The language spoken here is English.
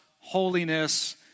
holiness